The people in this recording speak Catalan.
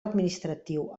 administratiu